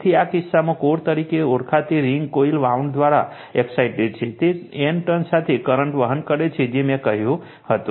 તેથી આ કિસ્સામાં કોર તરીકે ઓળખાતી રિંગ કોઇલ વાઉન્ડ દ્વારા એક્સસાઈટેડ છે તે N ટર્ન સાથે કરંટ વહન કરે છે જે મેં કહ્યું હતું